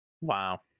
Wow